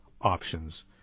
Options